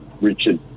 Richard